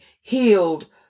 healed